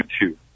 YouTube